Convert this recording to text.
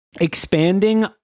expanding